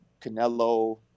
Canelo